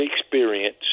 experience